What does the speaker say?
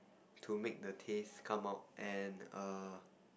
to make the taste come out and err